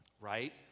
right